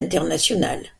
internationale